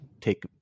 take